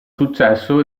successo